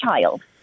child